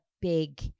big